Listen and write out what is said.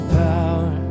power